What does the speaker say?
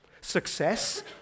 Success